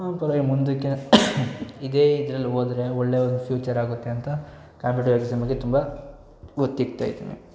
ಪರವಾಗಿಲ್ಲ ಮುಂದಕ್ಕೆ ಇದೇ ಇದ್ರಲ್ಲಿ ಹೋದ್ರೆ ಒಳ್ಳೆ ಒಂದು ಫ್ಯೂಚರ್ ಆಗುತ್ತೆ ಅಂತ ಕಾಂಪಿಟಿವ್ ಎಕ್ಸಾಮ್ಗೆ ತುಂಬ ಇದ್ದೀನಿ